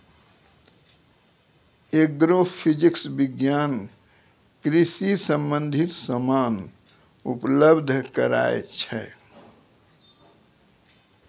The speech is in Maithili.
एग्रोफिजिक्स विज्ञान कृषि संबंधित समान उपलब्ध कराय छै